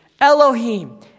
Elohim